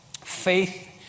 faith